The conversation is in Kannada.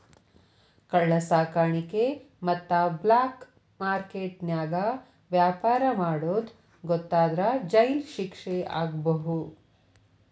ಕಳ್ಳ ಸಾಕಾಣಿಕೆ ಮತ್ತ ಬ್ಲಾಕ್ ಮಾರ್ಕೆಟ್ ನ್ಯಾಗ ವ್ಯಾಪಾರ ಮಾಡೋದ್ ಗೊತ್ತಾದ್ರ ಜೈಲ್ ಶಿಕ್ಷೆ ಆಗ್ಬಹು